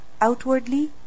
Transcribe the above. outwardly